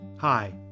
Hi